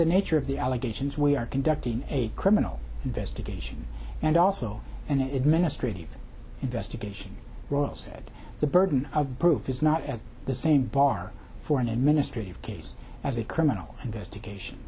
the nature of the allegations we are conducting a criminal investigation and also an administrative investigation rob said the burden of proof is not at the same bar for an administrative case as a criminal investigation